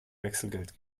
wechselgeld